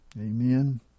Amen